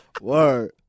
Word